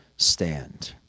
stand